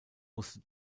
musste